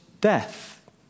death